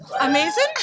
Amazing